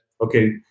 okay